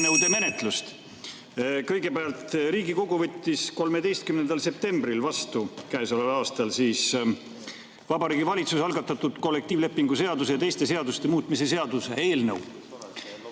helistab kella.) Kõigepealt, Riigikogu võttis 13. septembril käesoleval aastal vastu Vabariigi Valitsuse algatatud kollektiivlepingu seaduse ja teiste seaduste muutmise seaduse eelnõu.